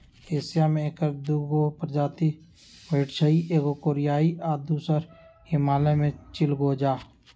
Asia में ऐकर दू गो प्रजाति भेटछइ एगो कोरियाई आ दोसर हिमालय में चिलगोजा